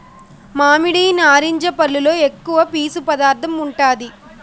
మామిడి, నారింజ పల్లులో ఎక్కువ పీసు పదార్థం ఉంటాది